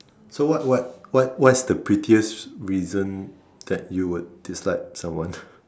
so what what what what is the pettiest reason that you would dislike someone